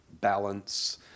balance